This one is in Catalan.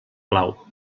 clau